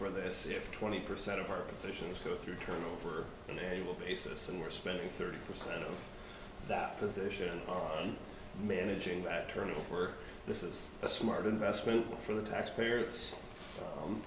for this if twenty percent of our positions go through turnover and they will basis and we're spending thirty percent of that position on managing that turning over this is a smart investment for the taxpayer